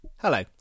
Hello